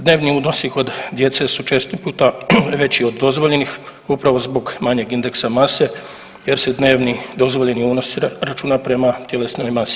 Dnevni unosi kod djece su često puta veći od dozvoljenih upravo zbog manjeg indeksa mase jer se dnevni dozvoljeni unos računa prema tjelesnoj masi.